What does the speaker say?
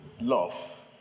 Love